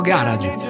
Garage